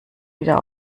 wieder